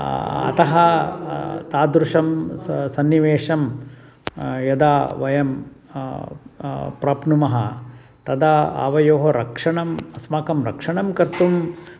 अतः तादृशं स सन्निवेशं यदा वयं प्राप्नुमः तदा आवयोः रक्षणम् अस्माकं रक्षणं कर्तुं